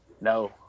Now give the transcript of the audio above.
No